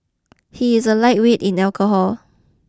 he is a lightweight in alcohol